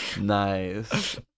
nice